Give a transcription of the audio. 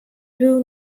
był